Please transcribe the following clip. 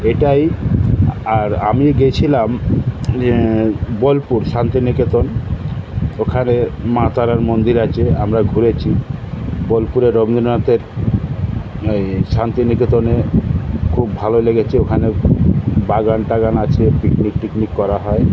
এটাই আর আমি গিয়েছিলাম বোলপুর শান্তিনিকেতন ওখানে মা তারার মন্দির আছে আমরা ঘুরেছি বোলপুরে রবীন্দ্রনাথের ওই শান্তিনিকেতনে খুব ভালো লেগেছে ওখানে বাগান টাগান আছে পিকনিক টিকনিক করা হয়